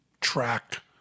track